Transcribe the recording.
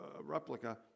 replica